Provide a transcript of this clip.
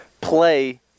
play